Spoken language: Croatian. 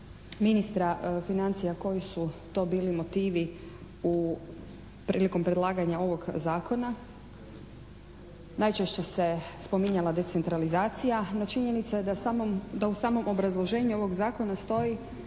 ministra financija koji su to bili motivi prilikom predlaganja ovog Zakona. Najčešće se spominjala decentralizacija, no činjenica je da u samom obrazloženju ovog Zakona stoji